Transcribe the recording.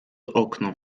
okno